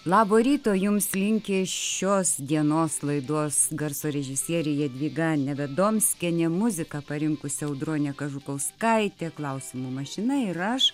labo ryto jums linki šios dienos laidos garso režisierė jadvyga nevedomskienė muziką parinkusi audronė kažukauskaitė klausimų mašina ir aš